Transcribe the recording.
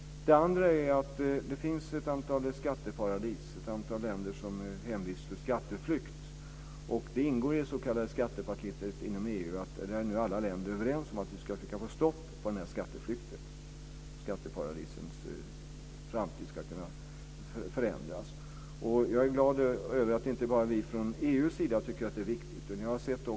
Det andra är att det finns ett antal skatteparadis, ett antal länder som är hemvist för skatteflykt. Inom EU är nu alla länder överens - och det ingår i det s.k. skattepaketet inom EU - om att vi ska försöka få stopp på skatteflykten, att skatteparadisens framtid ska kunna förändras. Jag är glad över att det inte bara är vi från EU:s sida som tycker att det är viktigt.